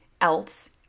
else